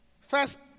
First